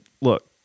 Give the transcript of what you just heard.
look